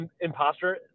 imposter